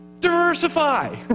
Diversify